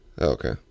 Okay